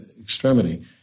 extremity